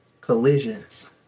collisions